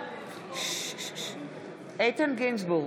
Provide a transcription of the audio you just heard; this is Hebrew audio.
איתן גינזבורג,